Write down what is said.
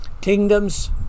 Kingdoms